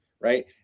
Right